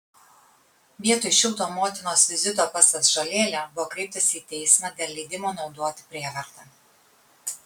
vietoj šilto motinos vizito pas atžalėlę buvo kreiptasi į teismą dėl leidimo naudoti prievartą